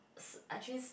actually